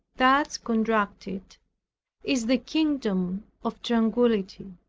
thus contracted, is the kingdom of tranquillity.